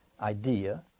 idea